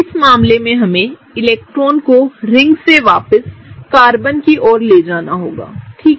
इस मामले में हमें इलेक्ट्रॉनों को रिंग से वापस कार्बन की ओर ले जाना होगा ठीक है